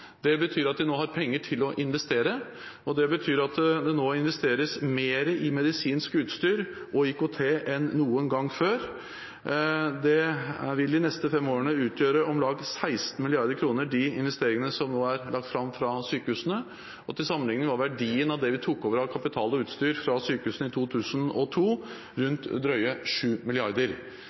Det betyr at de nå har penger til å investere, og det betyr at det nå investeres mer i medisinsk utstyr og IKT enn noen gang før. De investeringene som nå er lagt fram fra sykehusene, vil de neste fem årene utgjøre om lag 16 mrd. kr. Til sammenligning var verdien av det vi tok over av kapital og utstyr fra sykehusene i 2002, rundt drøye